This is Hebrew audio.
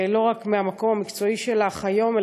לא רק מהמקום המקצועי שלך היום,